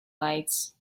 lights